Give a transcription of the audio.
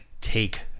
take